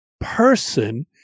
person